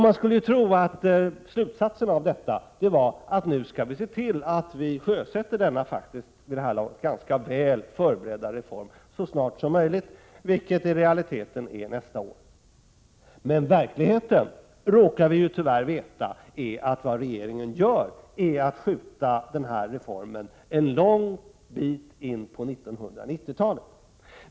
Man skulle kunna tro att slutsatsen av detta skulle bli att regeringen nu skulle se till att sjösätta denna, vid det här laget ganska väl förberedda, reform så snart som möjligt, vilket i realiteten är nästa år. Men vi råkar ju tyvärr veta att vad regeringen i verkligheten gör är att skjuta den här reformen en bra bit in på 1990-talet.